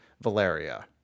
Valeria